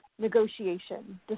negotiation